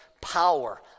power